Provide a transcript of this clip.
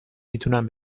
میتونم